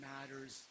Matters